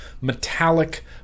metallic